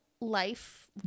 life